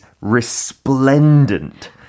resplendent